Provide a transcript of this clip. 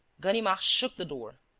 ganimard shook the door.